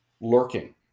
lurking